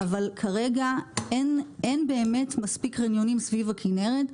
אבל כרגע אין באמת מספיק חניונים סביב הכנרת,